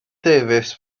davies